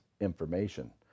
information